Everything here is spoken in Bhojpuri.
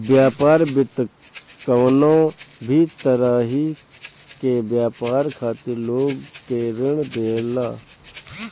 व्यापार वित्त कवनो भी तरही के व्यापार खातिर लोग के ऋण देला